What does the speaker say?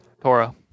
Tora